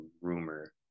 rumor